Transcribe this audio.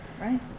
right